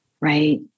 right